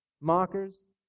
Mockers